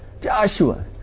Joshua